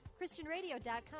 ChristianRadio.com